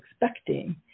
expecting